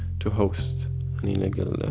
to host an illegal and